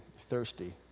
Thirsty